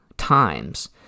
times